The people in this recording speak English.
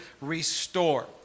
restore